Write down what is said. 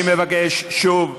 אני מבקש שוב,